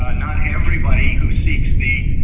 ah not everybody who seeks the